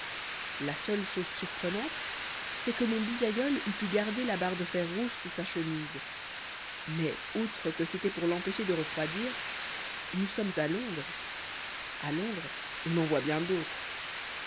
la seule chose surprenante c'est que mon bisaïeul eût pu garder la barre de fer rouge sous sa chemise mais outre que c'était pour l'empêcher de refroidir nous sommes à londres à londres on en voit bien d'autres